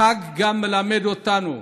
החג גם מלמד אותנו